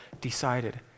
decided